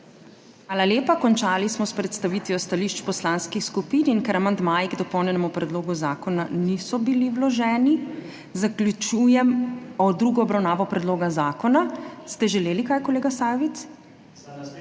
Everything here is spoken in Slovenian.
Hvala lepa. Končali smo s predstavitvijo stališč poslanskih skupin. Ker amandmaji k dopolnjenemu predlogu zakona niso bili vloženi, zaključujem drugo obravnavo predloga zakona. Ste kaj želeli, kolega Sajovic?